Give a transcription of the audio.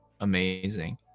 amazing